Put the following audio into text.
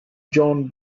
john